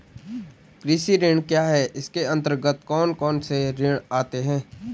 कृषि ऋण क्या है इसके अन्तर्गत कौन कौनसे ऋण आते हैं?